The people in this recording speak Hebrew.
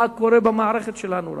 מה קורה במערכת שלנו,